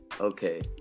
okay